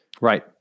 Right